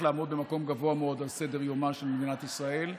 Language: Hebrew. לעמוד במקום גבוה מאוד על סדר-יומה של מדינת ישראל.